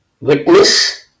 witness